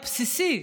הבסיסי,